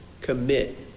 commit